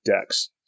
decks